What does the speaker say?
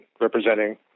representing